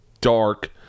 dark